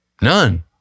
None